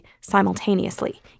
simultaneously